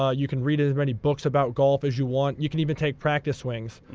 ah you can read as many books about golf as you want. you can even take practice swings.